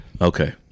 Okay